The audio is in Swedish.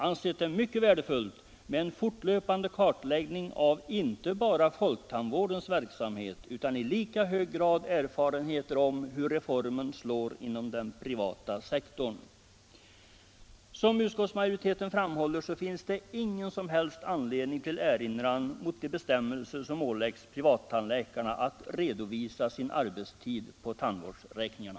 Kritiken har huvudsakligen riktats mot att man har knutit en orimligt stark påföljd till uppgiftslämnandet. Försäkringskassan kan nämligen innehålla privattandläkarnas ersättning — deras inkomster, herr Olsson — om de slarvar med en uppgift för statistiskt ändamål.